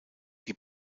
die